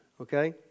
Okay